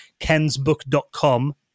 kensbook.com